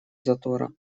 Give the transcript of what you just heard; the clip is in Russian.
затора